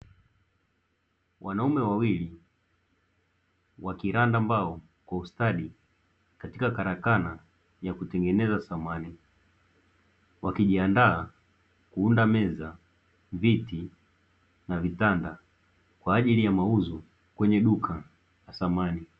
Wanaume wawili wakiranda mbao kwa ustadi, katika karakana ya kutengeneza samani wakijiandaa kuunda meza, viti na vitanda kwa ajili ya mauzo kwenye duka la samani.